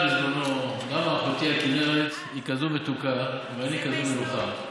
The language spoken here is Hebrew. בזמנו: למה אחותי הכינרת היא כזו מתוקה ואני כזו מלוחה?